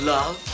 Love